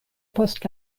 post